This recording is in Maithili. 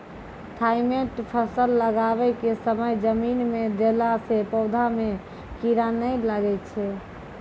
थाईमैट फ़सल लगाबै के समय जमीन मे देला से पौधा मे कीड़ा नैय लागै छै?